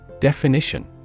Definition